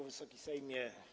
Wysoki Sejmie!